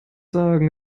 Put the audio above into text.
sagen